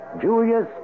Julius